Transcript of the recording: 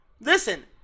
listen